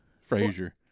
Frazier